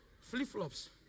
Flip-flops